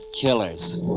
killers